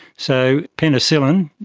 so penicillin,